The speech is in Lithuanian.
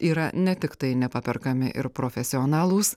yra ne tiktai nepaperkami ir profesionalūs